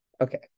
okay